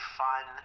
fun